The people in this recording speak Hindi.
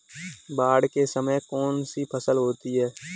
बाढ़ के समय में कौन सी फसल होती है?